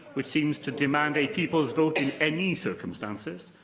which seems to demand a people's vote in any circumstances,